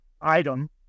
item